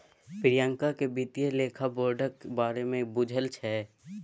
प्रियंका केँ बित्तीय लेखा बोर्डक बारे मे बुझल छै